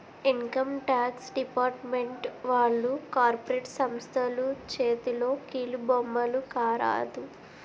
income tax department వాళ్లు corporate సంస్థల చేతిలో కీలుబొమ్మల కారాదు